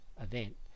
event